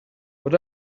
what